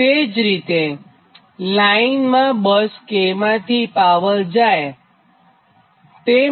તે જ રીતે લાઇનમાં બસ k માંથી પાવર જાય છે